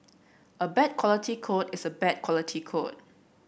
a bad quality code is a bad quality code